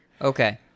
Okay